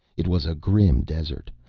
it was a grim desert,